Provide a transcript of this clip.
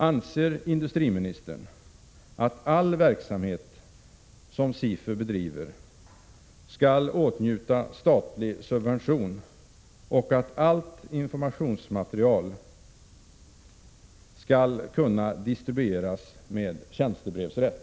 Anser industriministern att all verksamhet som SIFU bedriver skall åtnjuta statlig subvention och att allt informationsmaterial skall kunna distribueras med tjänstebrevsrätt?